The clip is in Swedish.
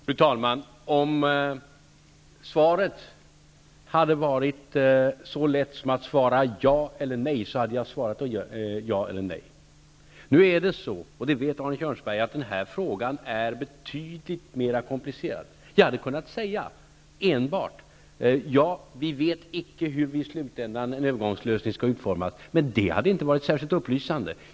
Fru talman! Om det hade varit så lätt som att svara ja eller nej på detta hade jag gjort det. Men denna fråga är betydligt mer komplicerad, och det vet Arne Kjörnsberg. Jag hade kunnat säga enbart att vi icke vet hur en övergånglösning i slutänden skall utformas. Med det hade inte varit särskilt upplysande.